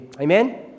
Amen